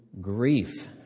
grief